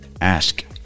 ask